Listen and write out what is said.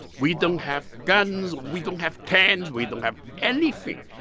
we don't have guns. we don't have tanks. we don't have anything.